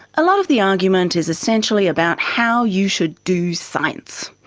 a lot of the argument is essentially about how you should do science.